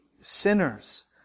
sinners